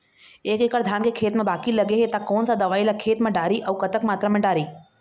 एक एकड़ धान के खेत मा बाकी लगे हे ता कोन सा दवई ला खेत मा डारी अऊ कतक मात्रा मा दारी?